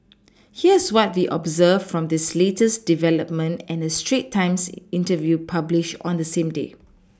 here's what we observed from this latest development and a Straits times interview published on the same day